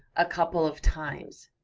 a couple of times,